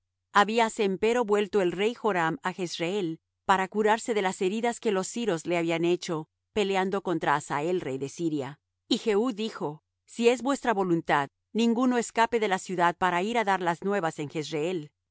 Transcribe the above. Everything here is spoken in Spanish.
habíase empero vuelto el rey joram á jezreel para curarse de las heridas que los siros le habían hecho peleando contra hazael rey de siria y jehú dijo si es vuestra voluntad ninguno escape de la ciudad para ir á dar las nuevas en